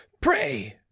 pray